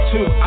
Two